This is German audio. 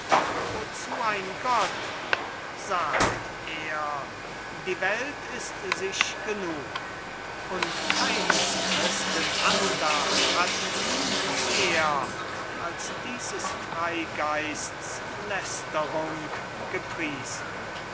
wozu ein gott sagt er die welt ist sich genug und keines christen andacht hat ihn mehr als dieses freigeists lästerung gepriesen